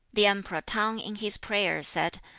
the emperor t'ang in his prayer, said,